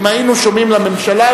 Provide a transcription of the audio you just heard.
אם היינו שומעים לממשלה,